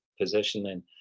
positioning